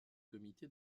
comité